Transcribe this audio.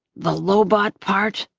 the lobot but part,